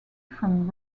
from